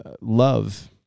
love